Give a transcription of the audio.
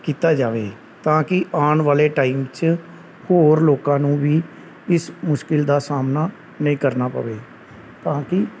ਕੀਤਾ ਜਾਵੇ ਤਾਂ ਕਿ ਆਉਣ ਵਾਲੇ ਟਾਈਮ 'ਚ ਹੋਰ ਲੋਕਾਂ ਨੂੰ ਵੀ ਇਸ ਮੁਸ਼ਕਲ ਦਾ ਸਾਹਮਣਾ ਨਹੀਂ ਕਰਨਾ ਪਵੇ ਤਾਂ ਕਿ